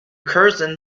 curzon